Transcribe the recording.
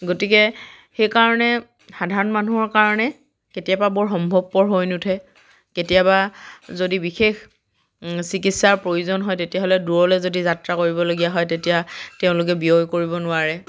গতিকে সেইকাৰণে সাধাৰণ মানুহৰ কাৰণে কেতিয়াবা বৰ সম্ভৱপৰ হৈ নুঠে কেতিয়াবা যদি বিশেষ চিকিৎসাৰ প্ৰয়োজন হয় তেতিয়াহ'লে দূৰলে যদি যাত্ৰা কৰিবলগীয়া হয় তেতিয়া তেওঁলোকে ব্যয় কৰিব নোৱাৰে